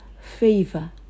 favor